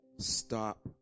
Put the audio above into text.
stop